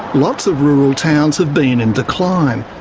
lots of rural towns have been in decline,